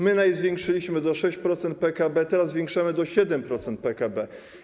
My je zwiększyliśmy do 6% PKB, teraz zwiększamy do 7% PKB.